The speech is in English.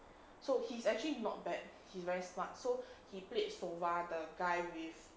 so he's actually not bad he's very smart so he played sova the guy with